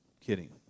Kidding